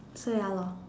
so ya lor